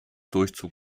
durchzug